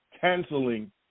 canceling